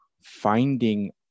finding